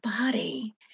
body